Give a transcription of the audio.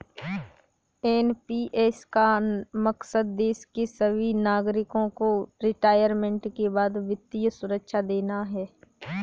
NPS का मकसद देश के सभी नागरिकों को रिटायरमेंट के बाद वित्तीय सुरक्षा देना है